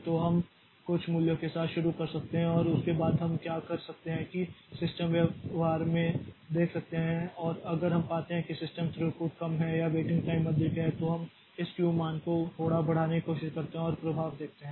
तो हम कुछ मूल्य के साथ शुरू कर सकते हैं और उसके बाद हम क्या कर सकते हैं हम सिस्टम व्यवहार में देख सकते हैं और अगर हम पाते हैं कि सिस्टम थ्रूपुट कम है या वेटिंग टाइम अधिक है तो हम इस q मान को थोड़ा बढ़ाने की कोशिश करते हैं और प्रभाव देखते हैं